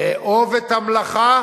אהוב את המלאכה